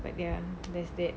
but ya there's that